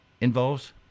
involves